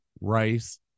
Rice